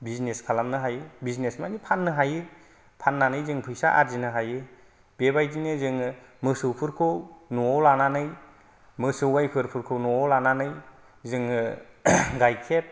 business खालामनो हायो business माने फाननो हायो फाननानै जों फैसा आरजिनो हायो बेबायदिनो जोङो मोसौफोरखौ न'आव लानानै मोसौ गायफोरखौ न'आव लानानै जोङो गायखेर